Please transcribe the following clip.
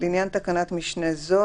לעניין תקנת משנה זו,